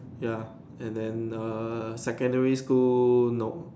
ya and then err secondary school no